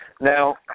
Now